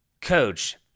coach